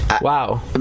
wow